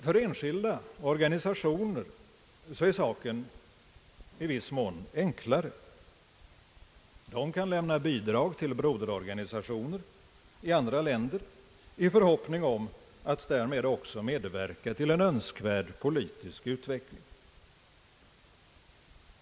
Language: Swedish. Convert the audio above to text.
För enskilda och organisationer är saken i viss mån enklare. De kan lämna bidrag till broderorga nisationer i andra länder i förhoppning om att därmed också medverka till en önskvärd politisk utveckling.